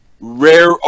rare